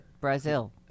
Brazil